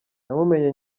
namumenye